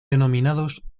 denominados